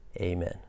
Amen